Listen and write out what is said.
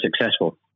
successful